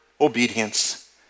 obedience